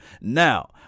Now